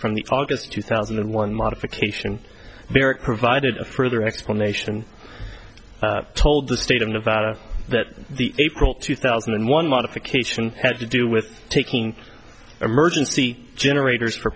from the august two thousand and one modification varick provided a further explanation told the state of nevada that the april two thousand and one modification had to do with taking emergency generators for